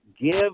give